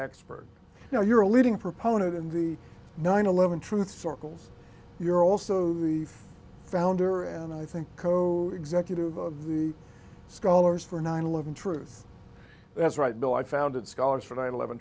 expert now you're a leading proponent in the nine eleven truth circles you're also the founder and i think code executive of the scholars for nine eleven truth that's right bill i founded scholars for nine eleven